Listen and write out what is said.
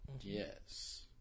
Yes